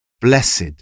Blessed